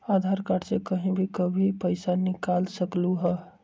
आधार card से कहीं भी कभी पईसा निकाल सकलहु ह?